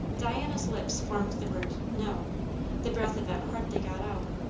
diana's lips formed the word no the breath of it hardly got out.